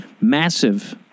massive